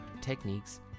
techniques